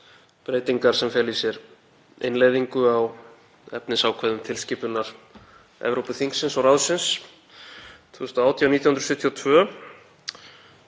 breytingar sem fela í sér innleiðingu á efnisákvæðum tilskipunar Evrópuþingsins og ráðsins (ESB) 2018/1972